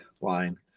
line